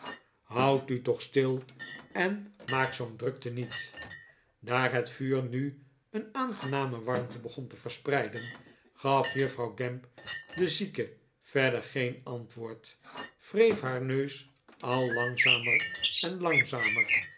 houdt u tpch stil en maak zoo'n drukte niet daar het vuur nu een aangename warmte begon te verspreiden gaf juffrouw gamp den zieke verder geen antwoord wreef haar neus al langzamer en langzamer